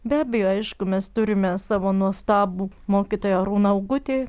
be abejo aišku mes turime savo nuostabų mokytoją arūną augutį